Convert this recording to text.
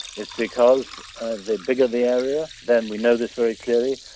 it's because the bigger the area then we know this very clearly,